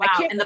Wow